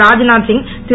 Rajnath Singh Thiru